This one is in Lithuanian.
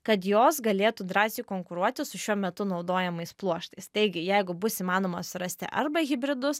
kad jos galėtų drąsiai konkuruoti su šiuo metu naudojamais pluoštais taigi jeigu bus įmanoma surasti arba hibridus